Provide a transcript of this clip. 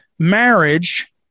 marriage